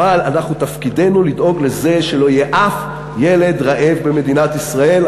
אבל אנחנו תפקידנו לדאוג לכך שלא יהיה אף ילד רעב במדינת ישראל.